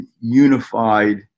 unified